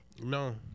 No